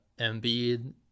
Embiid